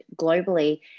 globally